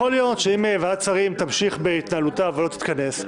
יכול להיות שאם ועדת שרים תמשיך בהתנהלותה ולא תתכנס,